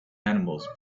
animals